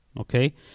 okay